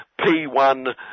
P1